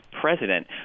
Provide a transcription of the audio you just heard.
president